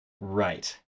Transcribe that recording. Right